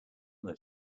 that